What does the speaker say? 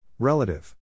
Relative